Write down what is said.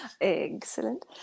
Excellent